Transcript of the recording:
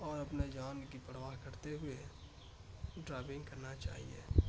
اور اپنے جان کی پرواہ کرتے ہوئے ڈرائونگ کرنا چاہیے